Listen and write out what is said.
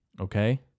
Okay